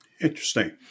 Interesting